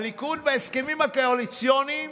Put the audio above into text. הליכוד, בהסכמים הקואליציוניים